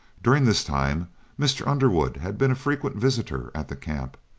during this time mr. underwood had been a frequent visitor at the camp,